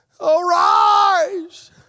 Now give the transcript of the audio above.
arise